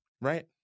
Right